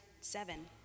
seven